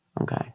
okay